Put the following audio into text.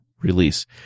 release